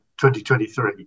2023